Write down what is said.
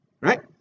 right